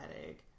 headache